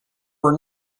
were